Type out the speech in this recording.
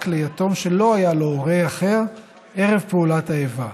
ליתום שלא היה לו הורה אחר ערב פעולת האיבה.